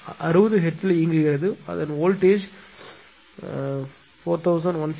60 ஹெர்ட்ஸில் இயங்குகிறது மற்றும் அதன் வோல்டேஜ் 4160 வோல்ட் ஆகும் இது 4